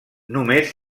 només